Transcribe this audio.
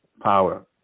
power